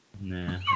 Nah